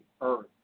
earth